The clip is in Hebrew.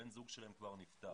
בן הזוג שלהם כבר נפטר.